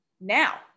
now